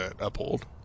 uphold